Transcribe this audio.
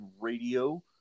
Radio